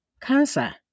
Cancer